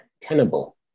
tenable